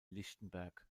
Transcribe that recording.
lichtenberg